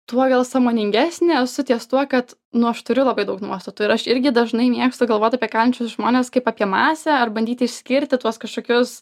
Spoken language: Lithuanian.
tuo gal sąmoningesnė esu ties tuo kad nu aš turiu labai daug nuostatų ir aš irgi dažnai mėgstu galvoti apie kalinčius žmones kaip apie masę ar bandyti išskirti tuos kažkokius